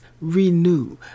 renew